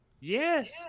Yes